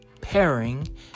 pairing